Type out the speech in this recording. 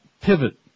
Pivot